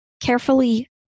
carefully